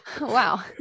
Wow